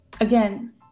again